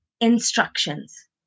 instructions